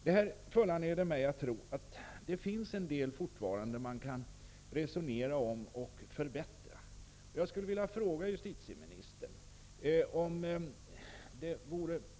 Detta föranleder mig att tro att det fortfarande finns en del man kan diskutera och förbättra.